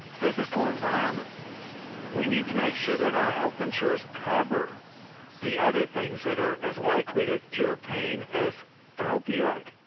physical environment we need to make sure that our health insurers cover the other things that are as likely to cure pain as an opioid.